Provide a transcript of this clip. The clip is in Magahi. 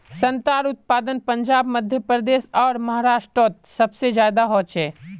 संत्रार उत्पादन पंजाब मध्य प्रदेश आर महाराष्टरोत सबसे ज्यादा होचे